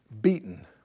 beaten